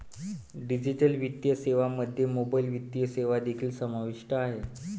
digital वित्तीय सेवांमध्ये mobile वित्तीय सेवा देखील समाविष्ट आहेत